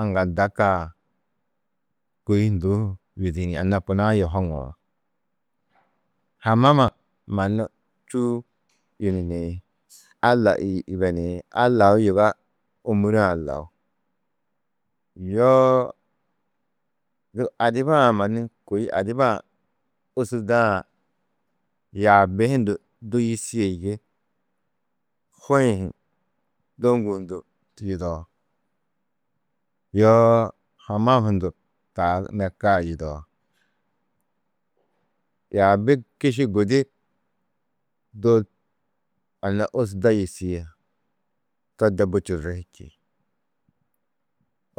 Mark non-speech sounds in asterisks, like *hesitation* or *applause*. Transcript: Aŋgalda kaã, kôi hundu hu yûdiĩ, anna kuna-ã yê hoŋuú. Hamama mannu čûu *hesitation* *hesitation* a lau yiga ômuree-ã lau. Yoo adibaa-ã mannu kôi adibaa-ã ôsurdaa-ã yaabi hundu du yîsie yê ko-ĩ dôŋgu hundu yidao. Yoo hamam hundu taa nerkaa yidao. Yaabi kiši gudi du anna ôsurda yîsie to de bu čirri hi čî.